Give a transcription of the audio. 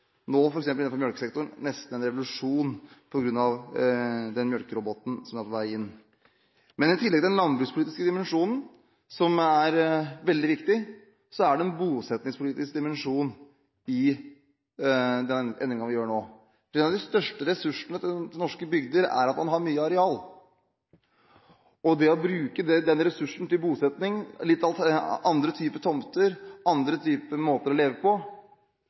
nå innenfor melkesektoren nesten ser en revolusjon på grunn av melkeroboten som er på vei inn. I tillegg til den landbrukspolitiske dimensjonen, som er veldig viktig, er det en bosettingspolitisk dimensjon i den endringen vi gjør nå. En av de største ressursene i norske bygder er at man har mye areal. Å bruke den ressursen til bosetting, andre typer tomter, andre måter å leve på,